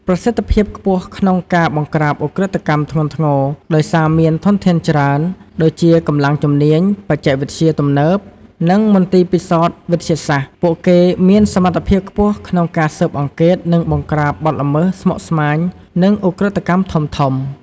ប្រសិទ្ធភាពខ្ពស់ក្នុងការបង្ក្រាបឧក្រិដ្ឋកម្មធ្ងន់ធ្ងរ ដោយសារមានធនធានច្រើន ដូចជាកម្លាំងជំនាញ បច្ចេកវិទ្យាទំនើប និងមន្ទីរពិសោធន៍វិទ្យាសាស្ត្រ ពួកគេមានសមត្ថភាពខ្ពស់ក្នុងការស៊ើបអង្កេត និងបង្ក្រាបបទល្មើសស្មុគស្មាញ និងឧក្រិដ្ឋកម្មធំៗ។